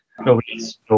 nobody's